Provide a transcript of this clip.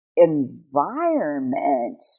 environment